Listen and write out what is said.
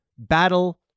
battle